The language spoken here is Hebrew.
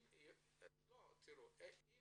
תראו, אם